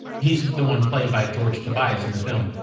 he's the one played by george tobias in the film.